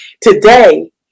Today